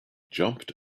jumped